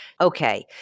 Okay